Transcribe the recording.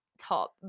top